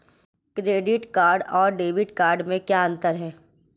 Credit card और debit card में क्या अंतर है?